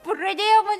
pradėjo man